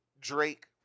drake